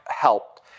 helped